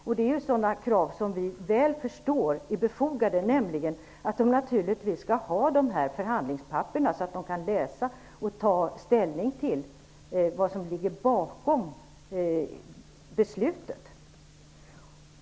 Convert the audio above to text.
Vi förstår att det är krav som är befogade, nämligen att de skall ha förhandlingspapperen, så att de kan läsa och ta ställning till vad som ligger bakom.